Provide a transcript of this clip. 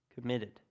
committed